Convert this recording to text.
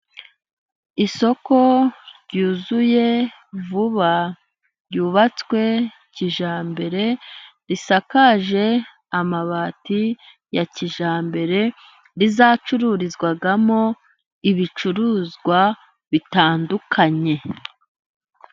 Isoko ryuzuye vuba ryubatswe kijyambere, risakaje amabati ya kijyambere rizacururizwamo ibicuruzwa bitandukanye.